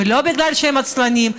ולא כי הם עצלנים,